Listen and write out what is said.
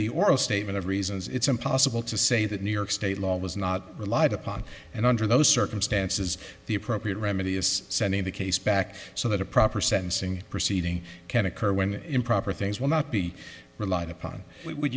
the oral statement of reasons it's impossible to say that new york state law was not relied upon and under those circumstances the appropriate remedy is sending the case back so that a proper sentencing proceeding can occur when improper things will not be relied upon we would